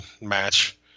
match